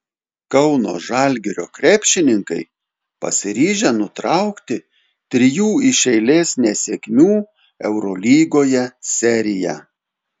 kauno žalgirio krepšininkai pasiryžę nutraukti trijų iš eilės nesėkmių eurolygoje seriją